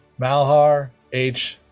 malhar h.